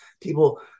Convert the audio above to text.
people –